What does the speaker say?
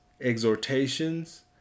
exhortations